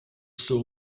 saw